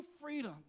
freedom